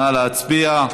נא להצביע.